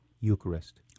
Eucharist